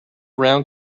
round